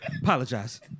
Apologize